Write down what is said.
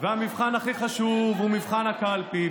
והמבחן הכי חשוב הוא מבחן הקלפי,